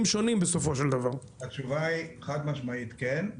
שונים בסופו של דבר התשובה היא חד משמעית כן.